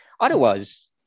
Otherwise